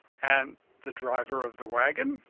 and the driver of the wagon?